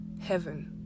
Heaven